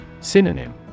Synonym